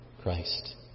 Christ